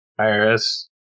IRS